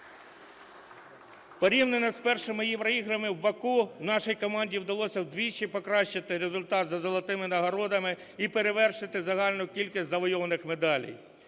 Порівняно з І Євроіграми в Баку нашій команді вдалося вдвічі покращити результат за золотими нагородами і перевершити загальну кількість завойованих медалей.